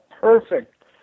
perfect